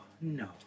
No